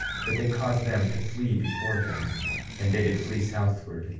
that they caused them to flee before them and they did flee southward,